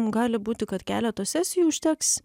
gali būti kad keleto sesijų užteks